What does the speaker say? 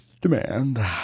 demand